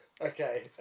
Okay